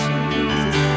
Jesus